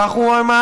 כך הוא האמין.